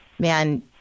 Man